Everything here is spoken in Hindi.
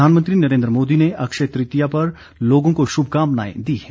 प्रधानमंत्री नरेन्द्र मोदी ने अक्षय तृतीया पर लोगों को शुभकामनाएं दी है